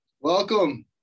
Welcome